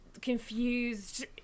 confused